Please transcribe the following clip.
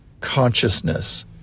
consciousness